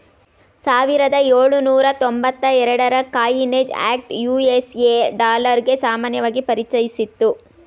ಸಾವಿರದ ಎಳುನೂರ ತೊಂಬತ್ತ ಎರಡುರ ಕಾಯಿನೇಜ್ ಆಕ್ಟ್ ಯು.ಎಸ್.ಎ ಡಾಲರ್ಗೆ ಸಮಾನವಾಗಿ ಪರಿಚಯಿಸಿತ್ತು